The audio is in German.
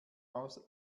aus